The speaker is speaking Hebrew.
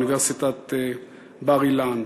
אוניברסיטת בר-אילן.